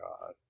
God